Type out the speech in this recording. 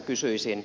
kysyisin